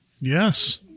Yes